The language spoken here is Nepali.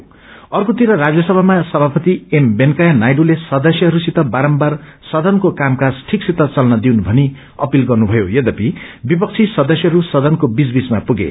आकेंतिर राष्य सभामा सभापति एमवेकैंया नायडूले सदस्यहरूसित वारम्बार सदनको कामकाज ठीक सित चल्न दिउन् भनी अपिल गर्नुभयो यद्यपि वपक्षी सदस्यहरू सदनको बीच बीचमा पुगे